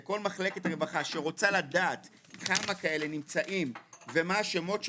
לכל מחלקת רווחה שרוצה לדעת כמה כאלה נמצאים ומה השמות שלהם,